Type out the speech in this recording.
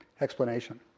explanation